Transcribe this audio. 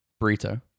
Burrito